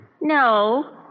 no